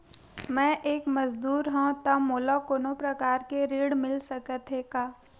मैं एक मजदूर हंव त मोला कोनो प्रकार के ऋण मिल सकत हे का?